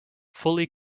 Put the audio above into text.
fully